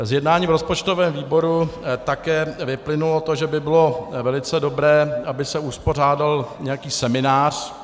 Z jednání v rozpočtovém výboru také vyplynulo to, že by bylo velice dobré, aby se uspořádal nějaký seminář.